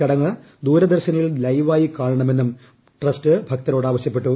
ചടങ്ങ് ദൂരദർശനിൽ ലൈവായി കാണണമെന്നും ട്രസ്റ്റ് ഭക്തരോട് ആവശ്യപ്പെട്ടു